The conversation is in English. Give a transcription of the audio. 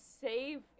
save